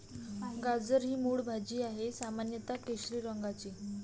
गाजर ही मूळ भाजी आहे, सामान्यत केशरी रंगाची